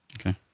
okay